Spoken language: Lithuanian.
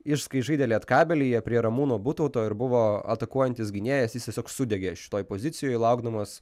jis kai žaidė lietkabelyje prie ramūno butauto ir buvo atakuojantis gynėjas jis tiesiog sudegė šitoj pozicijoj laukdamas